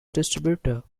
distributor